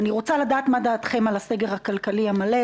אני רוצה לדעת מה דעתכם על הסגר הכלכלי המלא.